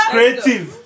Creative